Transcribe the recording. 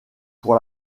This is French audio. pour